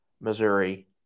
Missouri